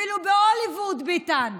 אפילו בהוליווד, ביטן,